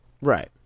Right